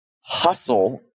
hustle